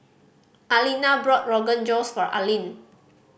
Alina bought Rogan Josh for Aline